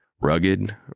Rugged